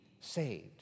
saved